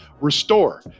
Restore